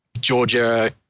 Georgia